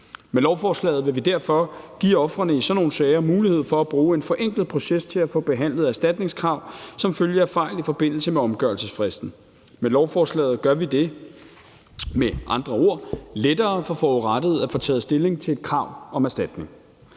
Med lovforslaget vil vi derfor give ofrene i sådan nogle sager mulighed for at bruge en forenklet proces til at få behandlet erstatningskrav som følge af fejl i forbindelse med omgørelsesfristen. Med lovforslaget gør vi det med andre ord lettere for forurettede at få taget stilling til et krav om erstatning.